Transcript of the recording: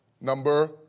number